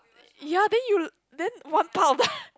ya then you then one